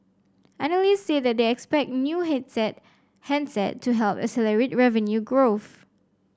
analyst said they expect new hit set handset to help accelerate revenue growth